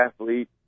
athlete